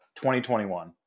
2021